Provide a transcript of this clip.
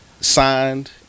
signed